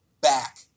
back